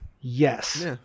Yes